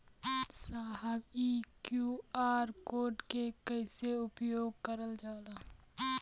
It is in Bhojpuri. साहब इ क्यू.आर कोड के कइसे उपयोग करल जाला?